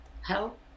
help